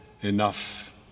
enough